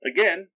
Again